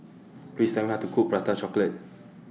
Please Tell Me How to Cook Prata Chocolate